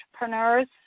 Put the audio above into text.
entrepreneurs